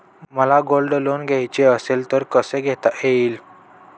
मला gold loan घ्यायचे असेल तर कसे घेता येईल?